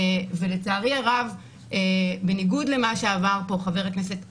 ולצערי הרב, בניגוד למה שעבר פה, חבר הכנסת מקלב,